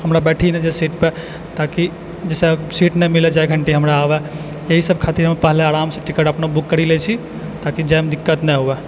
हमरा बैठि नहि जाइ सीटपर ताकि जाहिसँ सीट नहि मिलै जाइ घन्टी हमरा एहिसब खातिर हम पहिले आरामसँ टिकट अपना बुक करि लै छी ताकि जाइमे दिक्कत नहि हुअए